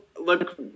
look